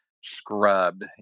scrubbed